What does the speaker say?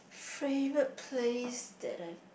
favourite place that I